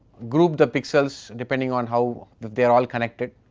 group the pixels depending on how they are all connected